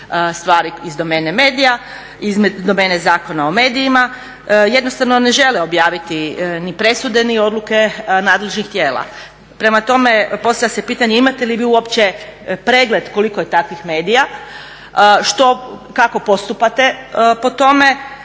stvari iz domene medija, iz domene Zakona o medijima. Jednostavno ne žele objaviti ni presude ni odluke nadležnih tijela. Prema tome, postavlja se pitanje imate li vi uopće pregled koliko je takvih medija, kako postupate po tome